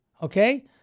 Okay